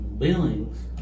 Billings